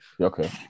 Okay